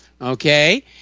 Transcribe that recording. Okay